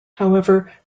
however